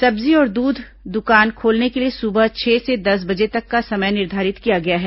सब्जी और दूध दुकान खोलने के लिए सुबह छह से दस बजे तक का समय निर्धारित किया गया है